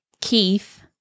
Keith